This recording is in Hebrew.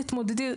תתמודדי,